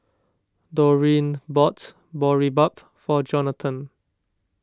Dorene bought Boribap for Jonathon